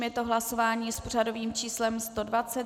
Je to hlasování s pořadovým číslem 120.